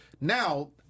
Now